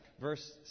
verse